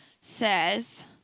says